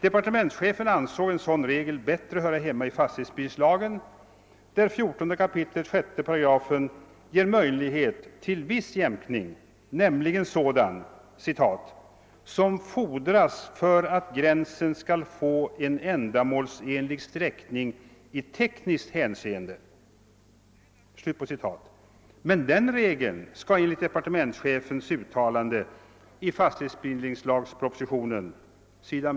Departementschefen ansåg en sådan regel bättre höra hemma i fastighetsbildningslagen, där 14 kap. 6 8 ger möjlighet till viss jämkning, nämligen sådan som fordras för att gränsen skall få en ändamå'senlig sträckning i tekniskt hänseende», men den regeln skall enligt departementschefens uttalande i fastighetsbildningslagspropositionen — s.